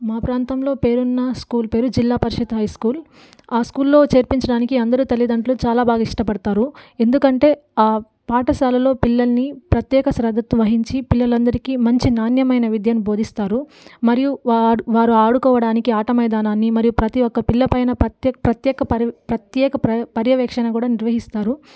మా ప్రాంతంలో పేరున్న స్కూల్ పేరు జిల్లా పరిషత్ హై స్కూల్ ఆ స్కూల్లో చేర్పించడానికి అందరూ తల్లిదండ్రులు చాలా బాగా ఇష్టపడతారు ఎందుకంటే ఆ పాఠశాలలో పిల్లల్ని ప్రత్యేక శ్రద్ధతో వహించి పిల్లలందరికీ మంచి నాణ్యమైన విద్యను బోధిస్తారు మరియు వాడు వారు ఆడుకోవడానికి ఆట మైదానాన్ని మరియు ప్రతి ఒక పిల్లపైన ప్రత్తేక ప్రత్యేక పర్య ప్రత్యేక పర్యవేక్షణ కూడా నిర్వహిస్తారు